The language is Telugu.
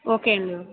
ఓకే అండి